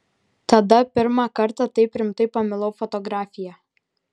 tada pirmą kartą taip rimtai pamilau fotografiją